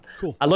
cool